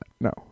No